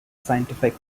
scientific